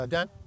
Dan